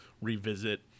revisit